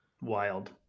Wild